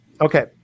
Okay